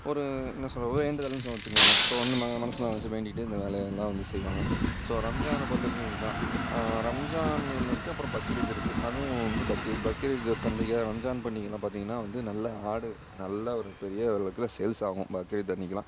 ஒரு என்ன சொல்வது ஒரு வேண்டுதல்னு சும்மா வச்சுக்கலாமே ஸோ வந்து ம மனசில் ஏதாச்சும் வேண்டிக்கிட்டு இந்த வேலையெல்லாம் வந்து செய்வாங்க ஸோ ரம்ஜானை பொறுத்த வரைக்கும் இதுதான் ரம்ஜான் ஒன்று இருக்குது அப்புறம் பக்ரீத் இருக்குது அதுவும் வந்து பக்ரீத் பக்ரீத் பண்டிகை ரம்ஜான் பண்டிகையெலாம் பார்த்தீங்கன்னா வந்து நல்ல ஆடு நல்ல ஒரு பெரிய அளவுக்கில் சேல்ஸ் ஆகும் பக்ரீத் அன்றைக்கிலாம்